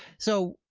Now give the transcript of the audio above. so,